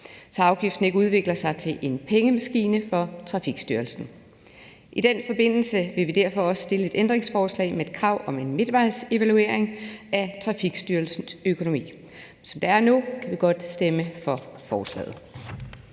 så afgiften ikke udvikler sig til en pengemaskine for Trafikstyrelsen. I den forbindelse vil vi derfor også stille et ændringsforslag med et krav om en midtvejsevaluering af Trafikstyrelsens økonomi. Som det er nu, kan vi godt stemme for forslaget.